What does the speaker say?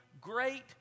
great